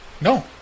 No